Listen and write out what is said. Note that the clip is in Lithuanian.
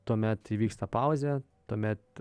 tuomet įvyksta pauzė tuomet